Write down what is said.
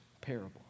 parable